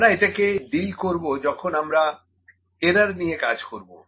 আমরা এটাকে ডিল করব যখন আমরা এরার নিয়ে কাজ করবো